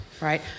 right